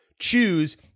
choose